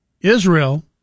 Israel